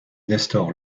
nestor